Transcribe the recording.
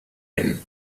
him